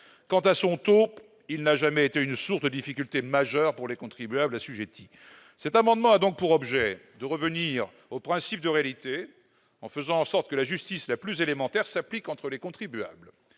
Quant à son taux, il n'a jamais été une source de difficulté majeure pour les contribuables assujettis. Cet amendement a donc pour objet de revenir au principe de réalité en faisant en sorte que la justice la plus élémentaire s'applique entre les contribuables.